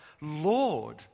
Lord